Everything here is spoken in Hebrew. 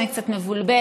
אני קצת מבולבלת,